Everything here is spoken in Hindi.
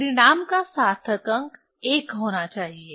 परिणाम का सार्थक अंक 1 होना चाहिए